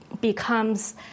becomes